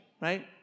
right